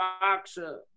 boxer